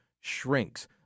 shrinks